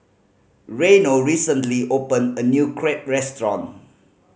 Reino recently opened a new Crepe restaurant